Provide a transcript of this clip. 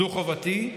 זו חובתי,